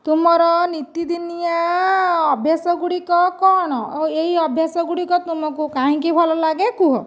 ତୁମର ନିତିଦିନିଆ ଅଭ୍ୟାସ ଗୁଡ଼ିକ କ'ଣ ଓ ଏହି ଅଭ୍ୟାସ ଗୁଡ଼ିକ ତୁମକୁ କାହିଁକି ଭଲ ଲାଗେ କୁହ